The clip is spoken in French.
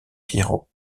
piero